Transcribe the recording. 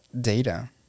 data